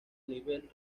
nivel